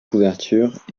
couverture